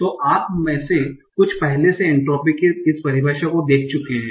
तो आप में से कुछ पहले से ही एन्ट्रापी के इस परिभाषा देख चुके हैं